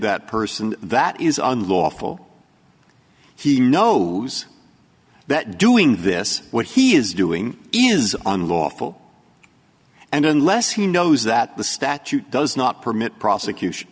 that person that is unlawful he knows that doing this what he is doing is unlawful and unless he knows that the statute does not permit prosecution